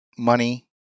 Money